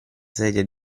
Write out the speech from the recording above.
sedia